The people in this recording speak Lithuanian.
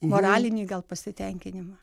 moralinį gal pasitenkinimą